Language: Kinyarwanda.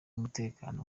umutekano